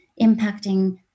impacting